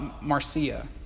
Marcia